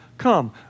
Come